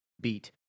beat